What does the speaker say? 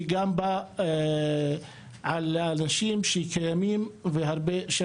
שגם בא על חשבון מקום מגורים של אנשים שנמצאים שם שנים רבות,